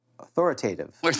Authoritative